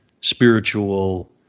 spiritual